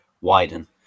widen